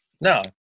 No